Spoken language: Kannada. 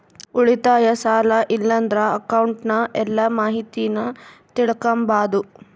ಉಳಿತಾಯ, ಸಾಲ ಇಲ್ಲಂದ್ರ ಅಕೌಂಟ್ನ ಎಲ್ಲ ಮಾಹಿತೀನ ತಿಳಿಕಂಬಾದು